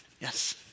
Yes